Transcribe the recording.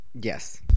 Yes